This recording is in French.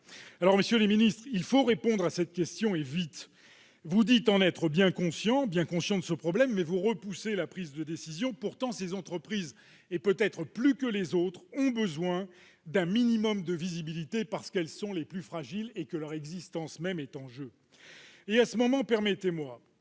messieurs les ministres, et vite. Vous dites être bien conscients du problème, mais vous repoussez la prise de décision. Pourtant, ces entreprises, peut-être plus que les autres, ont besoin d'un minimum de visibilité, parce qu'elles sont les plus fragiles et que leur existence même est en jeu. En ce moment, permettez-moi